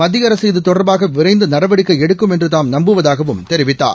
மத்திய அரசு இதுதொடர்பாக விரைந்து நடவடிக்கை எடுக்கும் என்று தாம் நம்புவதாகவும் தெரிவித்தார்